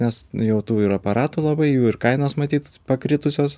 nes jau tų ir aparatų labai jų ir kainos matyt pakritusios